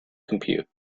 compute